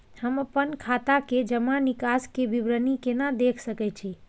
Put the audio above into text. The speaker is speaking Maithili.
हम अपन खाता के जमा निकास के विवरणी केना देख सकै छी?